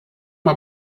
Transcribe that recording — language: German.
man